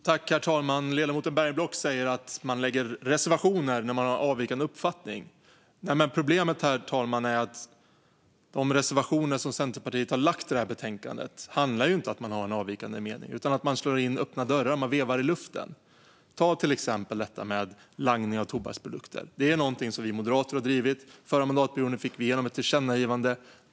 Herr talman! Ledamoten Bergenblock säger att man skriver reservationer när man har avvikande uppfattning. Men problemet, herr talman, är att de reservationer som Centerpartiet har i detta betänkande inte handlar om att man har en avvikande mening utan om att man slår in öppna dörrar. Man vevar i luften. Ta till exempel detta med langning av tobaksprodukter. Det är en fråga som vi moderater har drivit. Förra mandatperioden fick vi igenom ett tillkännagivande.